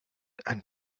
and